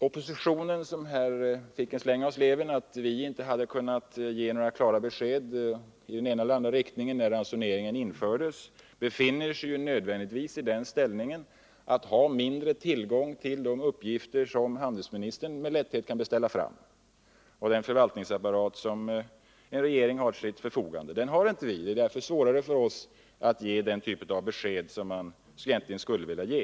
Oppositionen, som här fick en släng av sleven för att vi inte hade kunnat ge några klara besked i den ena eller andra riktningen när ransoneringen infördes, befinner sig ju i den ställningen att den har mindre tillgång till de uppgifter som handelsministern med lätthet kan beställa fram. Den förvaltningsapparat som en regering har till sitt förfogande har inte vi. Det är därför svårare för oss att ge den typ av besked som man egentligen skulle vilja ge.